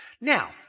Now